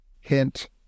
Hint